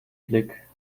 blick